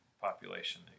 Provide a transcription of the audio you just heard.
population